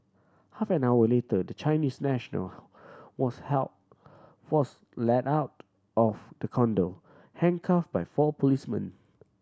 half an hour later the Chinese national was held fourth led out of the condo handcuff by four policemen